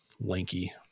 lanky